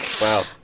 Wow